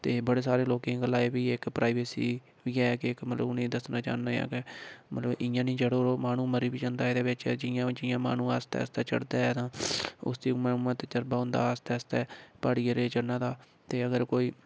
ते बड़े सारे लोकें ई गल्ला बी इक प्राइवेसी बी ऐ कि इक मतलब उ'नें दस्सना चाह्न्ने आं कि मतलब इ'यां निं चढ़ो माह्नू मरी बी जंदा एह्दे बिच जि'यां माह्नू आस्तै आस्तै चढ़दा ऐ तां उसी मता तजरबा होंदा आस्तै आस्तै प्हाड़ी एरिया चढ़ने दा ते अगर कोई